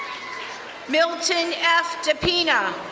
milton f. dapina,